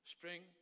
Spring